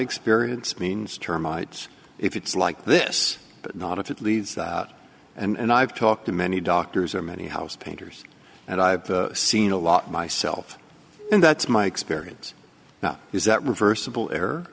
experience means termites if it's like this but not if it leads out and i've talked to many doctors or many house painters and i've seen a lot myself and that's my experience now is that reversible